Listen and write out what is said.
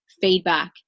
feedback